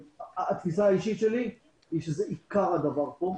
התפיסה האישית שלי היא שזה עיקר הדבר פה.